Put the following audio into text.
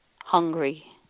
hungry